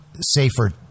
safer